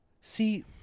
See